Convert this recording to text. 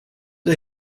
der